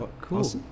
Cool